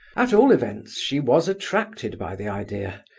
at all events she was attracted by the idea,